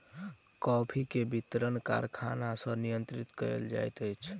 coffee के वितरण कारखाना सॅ नियंत्रित कयल जाइत अछि